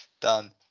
Done